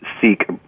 seek